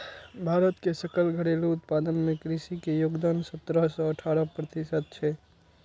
भारत के सकल घरेलू उत्पादन मे कृषि के योगदान सतरह सं अठारह प्रतिशत छै